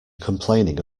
complaining